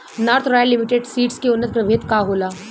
North royal limited seeds के उन्नत प्रभेद का होला?